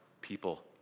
people